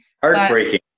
Heartbreaking